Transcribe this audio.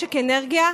משק האנרגיה,